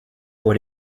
pour